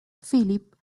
philip